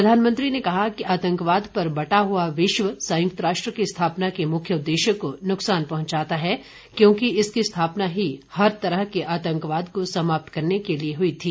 प्रधानमंत्री ने कहा कि आतंकवाद पर बटा हुआ विश्व संयुक्त राष्ट्र की स्थापना के मुख्य उद्देश्य को नुकसान पहुंचाता है क्योंकि इसकी स्थापना ही हर तरह के आतंकवाद को समाप्त करने के लिए हुई थी